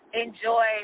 enjoy